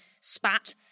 spat